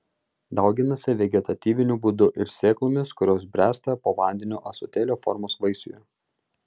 dauginasi vegetatyviniu būdu ir sėklomis kurios bręsta po vandeniu ąsotėlio formos vaisiuje